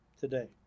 today